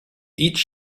each